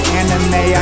anime